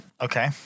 Okay